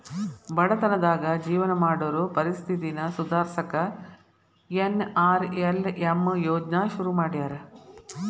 ಬಡತನದಾಗ ಜೇವನ ಮಾಡೋರ್ ಪರಿಸ್ಥಿತಿನ ಸುಧಾರ್ಸಕ ಎನ್.ಆರ್.ಎಲ್.ಎಂ ಯೋಜ್ನಾ ಶುರು ಮಾಡ್ಯಾರ